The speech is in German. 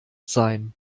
sein